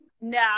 no